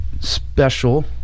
special